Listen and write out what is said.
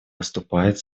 выступает